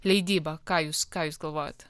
leidyba ką jūs ką jūs galvojat